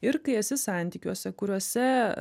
ir kai esi santykiuose kuriuose